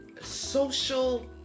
social